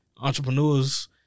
entrepreneurs